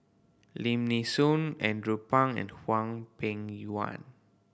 Lim Nee Soon Andrew Phang and Hwang Peng Yuan